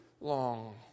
long